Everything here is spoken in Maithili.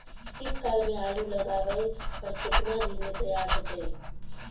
शीत काल में आलू लगाबय पर केतना दीन में तैयार होतै?